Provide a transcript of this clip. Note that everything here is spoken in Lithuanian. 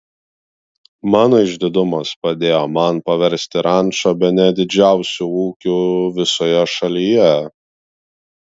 mano išdidumas padėjo man paversti rančą bene didžiausiu ūkiu visoje šalyje